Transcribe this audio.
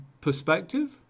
perspective